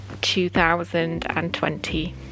2020